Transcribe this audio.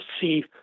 see